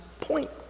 point